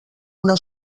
una